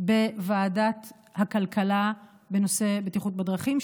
בוועדת הכלכלה בנושא בטיחות בדרכים,